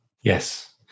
Yes